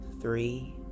three